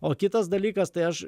o kitas dalykas tai aš